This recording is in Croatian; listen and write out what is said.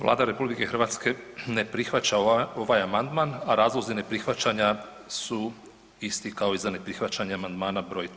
Vlada RH ne prihvaća ovaj amandman, a razlozi neprihvaćanja su isti kao i za neprihvaćanje amandmana broj 3. Hvala.